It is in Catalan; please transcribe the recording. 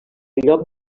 lloc